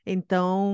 Então